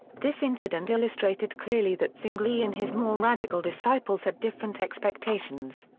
this incident illustrated clearly that zwingli and his more radical disciples had different expectations.